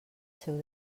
seu